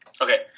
Okay